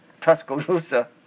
Tuscaloosa